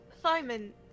Simon